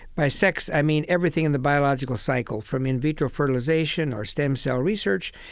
by sex, i mean everything in the biological cycle, from in vitro fertilization or stem cell research,